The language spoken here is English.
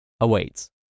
awaits